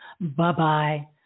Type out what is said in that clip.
Bye-bye